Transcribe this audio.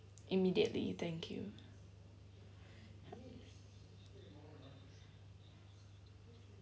immediately thank you